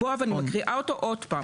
ואני מקריאה אותו עוד פעם.